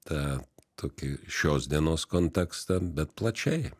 tą tokį šios dienos kontekstą bet plačiai